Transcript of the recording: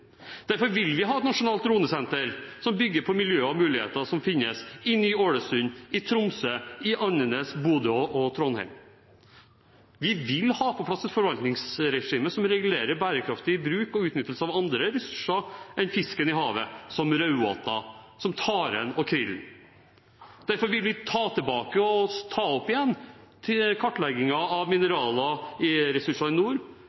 Derfor vil vi ha et nasjonalt dronesenter som bygger på miljøer og muligheter som finnes i Ny-Ålesund, Tromsø, Andenes, Bodø og Trondheim. Vi vil ha på plass et forvaltningsregime som regulerer bærekraftig bruk og utnyttelse av andre ressurser enn fisken i havet, som raudåte, tare og krill. Derfor vil vi ha tilbake og ta opp igjen kartleggingen av mineralressurser i nord,